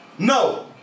No